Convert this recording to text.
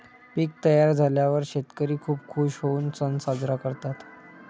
पीक तयार झाल्यावर शेतकरी खूप खूश होऊन सण साजरा करतात